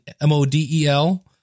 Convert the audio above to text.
M-O-D-E-L